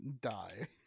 die